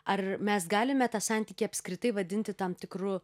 ar mes galime tą santykį apskritai vadinti tam tikru